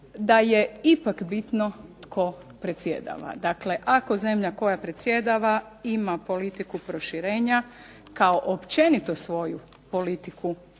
da je ipak bitno tko predsjedava. Dakle, ako zemlja koja predsjedava ima politiku proširenja kao općenito svoju politiku kojoj